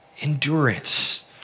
endurance